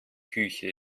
küche